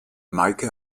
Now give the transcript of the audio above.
meike